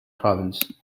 province